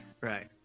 Right